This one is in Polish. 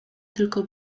tylko